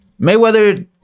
Mayweather